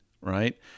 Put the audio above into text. right